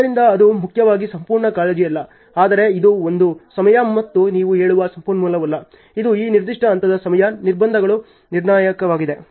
ಆದ್ದರಿಂದ ಅದು ಮುಖ್ಯವಾಗಿ ಸಂಪೂರ್ಣ ಕಾಳಜಿಯಲ್ಲ ಆದರೆ ಇದು ಒಂದು ಸಮಯ ಮತ್ತು ನೀವು ಹೇಳುವ ಸಂಪನ್ಮೂಲವಲ್ಲ ಇದು ಈ ನಿರ್ದಿಷ್ಟ ಹಂತದ ಸಮಯ ನಿರ್ಬಂಧಗಳಲ್ಲಿ ನಿರ್ಣಾಯಕವಾಗಿದೆ